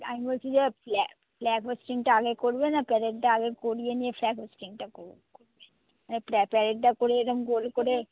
আমি বলছি যে ফ্ল্যাগ হোয়েস্টিংটা আগে করবে না প্যারেডটা আগে করিয়ে নিয়ে ফ্ল্যাগ হোয়েস্টিংটা প্যারেডটা করে এরকম গোল করে